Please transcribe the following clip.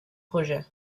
projets